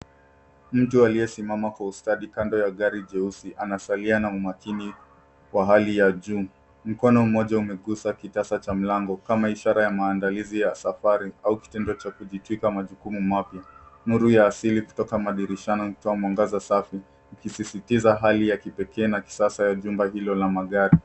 Mtu aliyesimama kwa ustadi kando ya gari jeusi ,anasalia na umakini wa hali ya juu. Mkono mmoja umegusa kitasa cha mlango kama ishara ya maandalizi ya safari, au kitendo cha kujitwika majukumu mapya. Nuru ya asili kutoka madirishani inatoa mwangaza safi, ikisisitiza hali ya kipekee na kisasa ya jumba hilo la magari.